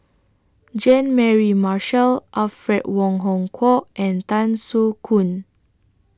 Jean Mary Marshall Alfred Wong Hong Kwok and Tan Soo Khoon